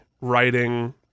writing